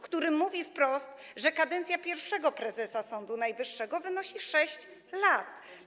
który mówi wprost, że kadencja pierwszego prezesa Sądu Najwyższego wynosi 6 lat.